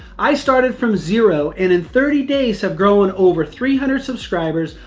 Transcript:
i started from zero, and in thirty days have grown over three hundred subscribers,